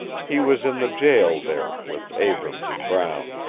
he was in the jail there, with abrams and brown.